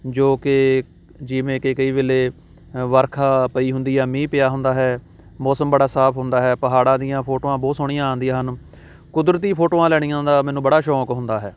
ਜੋ ਕਿ ਜਿਵੇਂ ਕਿ ਕਈ ਵੇਲੇ ਵਰਖਾ ਪਈ ਹੁੰਦੀ ਆ ਮੀਂਹ ਪਿਆ ਹੁੰਦਾ ਹੈ ਮੌਸਮ ਬੜਾ ਸਾਫ ਹੁੰਦਾ ਹੈ ਪਹਾੜਾਂ ਦੀਆਂ ਫੋਟੋਆਂ ਬਹੁਤ ਸੋਹਣੀਆਂ ਆਉਂਦੀਆਂ ਹਨ ਕੁਦਰਤੀ ਫੋਟੋਆਂ ਲੈਣੀਆਂ ਦਾ ਮੈਨੂੰ ਬੜਾ ਸ਼ੌਕ ਹੁੰਦਾ ਹੈ